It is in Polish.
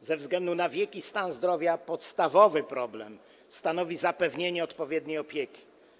ze względu na wiek i stan zdrowia podstawowy problem stanowi zapewnienie odpowiedniej opieki.